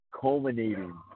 culminating